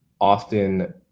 often